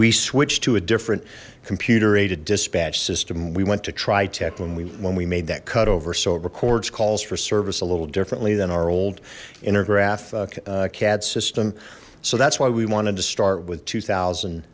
we switch to a different computer aided dispatch system we went to try tech when we when we made that cut over so it records calls for service a little differently than our old intergraph cad system so that's why we wanted to start with two thousand